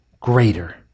greater